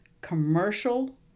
commercial